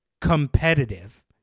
competitive